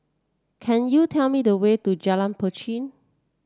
can you tell me the way to Jalan Pacheli